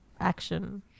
action